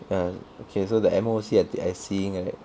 ya okay so the M_O_C I seeing right